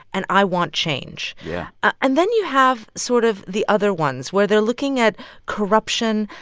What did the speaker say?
and i want change yeah and then you have sort of the other ones, where they're looking at corruption.